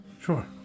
Sure